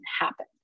happen